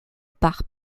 par